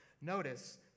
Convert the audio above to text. notice